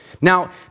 Now